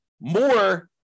more